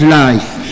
life